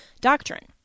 doctrine